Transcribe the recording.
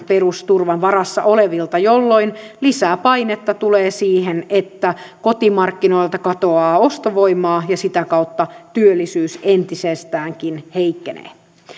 perusturvan varassa olevilta jolloin lisää painetta tulee siihen että kotimarkkinoilta katoaa ostovoimaa ja sitä kautta työllisyys entisestäänkin heikkenee